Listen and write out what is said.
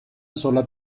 sola